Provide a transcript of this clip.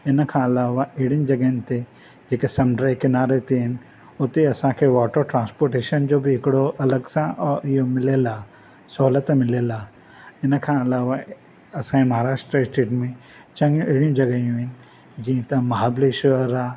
इन खां अलावा अहिड़िनि जॻहनि ते जेके समुंद्र जे किनारे ते आहिनि उते असां खे वॉटर ट्रांस्पोर्टेशन जो बि हिकड़ो अलॻि सां इहो मिलियलु आहे सहूलियत मिलियलु आहे हिन खां अलावा असां जे महाराष्ट्र स्टेट में चंङियूं अहिड़ियूं जॻाहियूं आहिनि जीअं त महाबलेश्वर आहे